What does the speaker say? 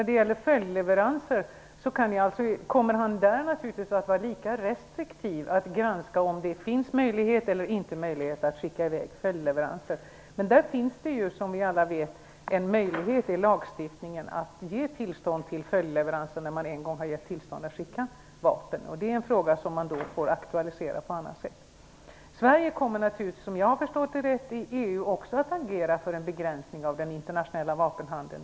Beträffande följdleveranser kommer han naturligtvis att vara lika restriktiv, att granska om det finns möjlighet eller inte att skicka i väg följdleveranser. Men, som vi alla vet, finns en möjlighet i lagstiftningen att ge tillstånd till följdleveranser när man en gång har gett tillstånd att skicka vapen. Det är en fråga som man får aktualisera på annat sätt. Sverige kommer naturligtvis, om jag har förstått det rätt, att även i EU agera för en begränsning av den internationella vapenhandeln.